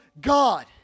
God